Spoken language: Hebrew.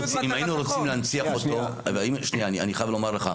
אני חייב לומר לך,